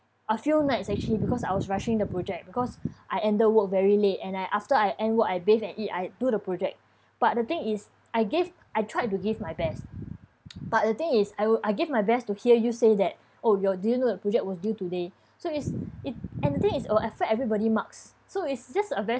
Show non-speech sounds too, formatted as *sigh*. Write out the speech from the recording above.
a few nights actually because I was rushing the project because *breath* I ended work very late and I after I end work I bathe and eat I do the project but the thing is I gave I tried to give my best *noise* but the thing is I w~ I give my best to hear you say that *breath* oh you're didn't know the project was due today *breath* so is it and the thing is it will affect everybody marks so is just a very